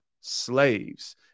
slaves